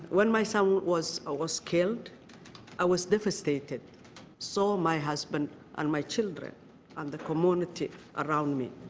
when my son was was killed i was devastated so my husband and my children and the community around me.